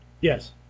Yes